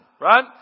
right